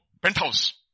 penthouse